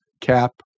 cap